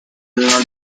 will